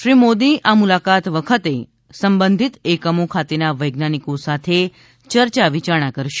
શ્રી મોદી આ મુલાકાત વખતે સંબંધિત એકમો ખાતેના વૈજ્ઞાનિકો સાથે યર્યાવિયારણા કરશે